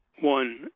One